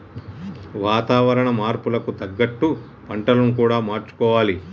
వాతావరణ మార్పులకు తగ్గట్టు పంటలను కూడా మార్చుకోవాలి